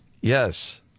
Yes